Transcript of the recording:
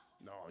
No